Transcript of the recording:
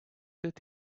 did